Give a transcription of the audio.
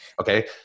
Okay